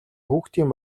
хүүхдийн